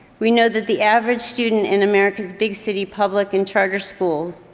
we know that the average student in america's big city public and charter school,